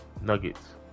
Nuggets